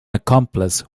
accomplice